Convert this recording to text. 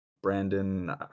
Brandon